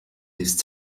liest